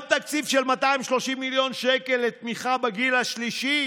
גם תקציב של 230 מיליון שקל תמיכה בגיל השלישי